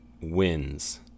wins